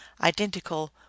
identical